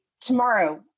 tomorrow